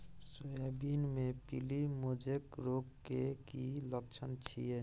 Soybean मे पीली mosaic रोग के की लक्षण छीये?